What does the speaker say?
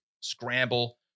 scramble